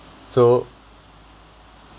so